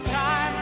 time